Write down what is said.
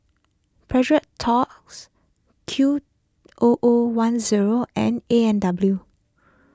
Precious Thots Q O O one zero and A and W